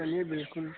चलिए बिल्कुल